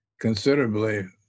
considerably